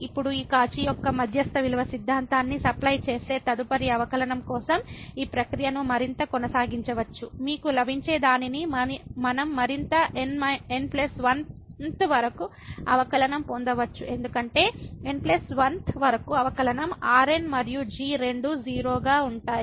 ఇప్పుడు ఈ కాచి యొక్క మధ్యస్థ విలువ సిద్ధాంతాన్ని సప్లై చేసే తదుపరి అవకలనం కోసం ఈ ప్రక్రియను మరింత కొనసాగించవచ్చు మీకు లభించేదానిని మనం మరింత n 1th వరకు అవకలనం పొందవచ్చు ఎందుకంటే n 1th వరకు అవకలనం Rn మరియు g రెండూ 0 గా ఉంటాయి